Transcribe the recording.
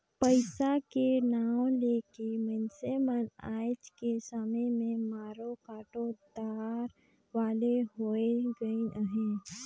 पइसा के नांव ले के मइनसे मन आएज के समे में मारो काटो दार वाले होए गइन अहे